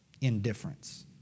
Indifference